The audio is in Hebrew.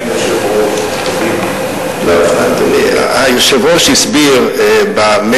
חשבתי שתגיד: אדוני היושב-ראש, קדימה.